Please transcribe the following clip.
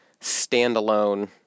standalone